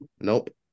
Nope